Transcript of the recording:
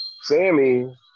Sammy